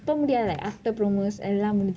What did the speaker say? இப்பே முடியாது:ippei mudiyaathu after promos